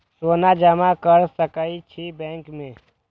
सोना जमा कर सके छी बैंक में?